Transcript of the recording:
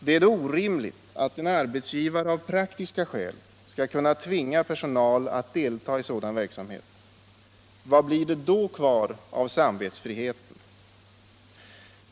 Det är då orimligt att en arbetsgivare av praktiska skäl skall kunna tvinga personal att delta i sådan verksamhet. Vad blir det då kvar av samvetsfriheten?